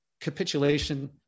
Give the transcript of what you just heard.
capitulation